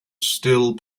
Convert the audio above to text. still